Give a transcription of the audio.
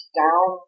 down